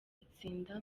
itsinda